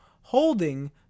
holding